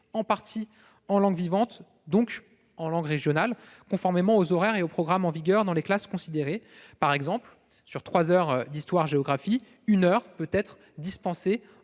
en partie en langue vivante, donc en langue régionale, conformément aux horaires et aux programmes en vigueur dans les classes considérées. Par exemple, sur 3 heures d'histoire-géographie, une heure peut être dispensée